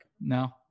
No